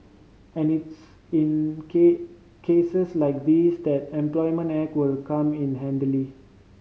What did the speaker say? and it's in cases like these that Employment Act will come in